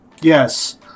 Yes